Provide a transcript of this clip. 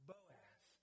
Boaz